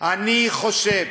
אני חושב,